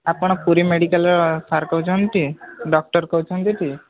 ଆପଣ ପୁରୀ ମେଡ଼ିକାଲର ସାର୍ କହୁଛନ୍ତିଟି ଡକ୍ଟର୍ କହୁଛନ୍ତିଟି